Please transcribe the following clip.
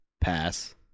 Pass